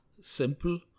simple